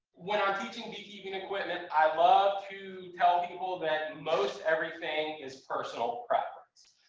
when i'm teaching beekeeping equipment, i love to tell people that most everything is personal preference.